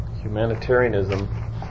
humanitarianism